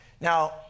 Now